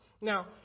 Now